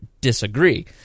disagree